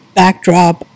backdrop